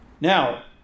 Now